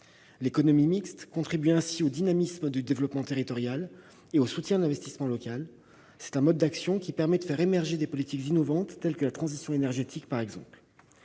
L'économie mixte contribue ainsi au dynamisme du développement territorial et au soutien de l'investissement local. C'est un mode d'action permettant de faire émerger des politiques innovantes, telle la transition énergétique. Ces